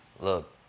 Look